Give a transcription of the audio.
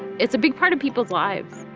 it's a big part of people's lives.